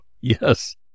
yes